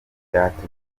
byatumye